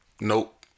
Nope